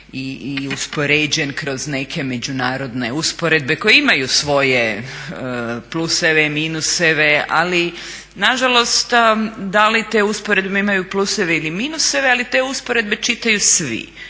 i uspoređen kroz neke međunarodne usporedbe koje imaju svoje pluseve, minuseve ali nažalost da li te usporedbe imaju pluseve ili minuseve ali te usporedbe čitaju svi.